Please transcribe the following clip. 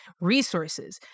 resources